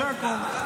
זה הכול.